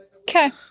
Okay